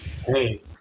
hey